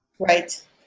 Right